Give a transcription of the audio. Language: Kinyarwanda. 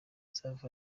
safi